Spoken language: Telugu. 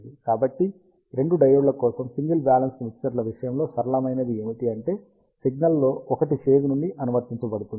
కాబట్టి రెండు డయోడ్ల కోసం సింగిల్ బ్యాలెన్స్డ్ మిక్సర్ల విషయంలో సరళమైనది ఏమిటంటే సిగ్నల్లో ఒకటి ఫేజ్ నుండి అనువర్తించబడుతుంది